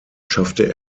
schaffte